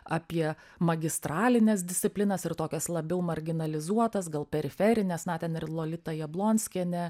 apie magistralines disciplinas ir tokias labiau marginalizuotas gal periferines na ten ir lolita jablonskienė